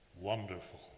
wonderful